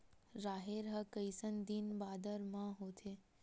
राहेर ह कइसन दिन बादर म होथे?